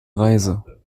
reise